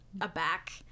aback